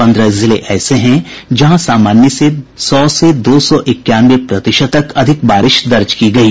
पंद्रह जिले ऐसे हैं जहां सामान्य से सौ से दो सौ इक्यानवे प्रतिशत तक अधिक बारिश दर्ज की गयी